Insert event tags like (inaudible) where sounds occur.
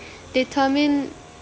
(breath) determine